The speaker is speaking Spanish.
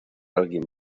alguien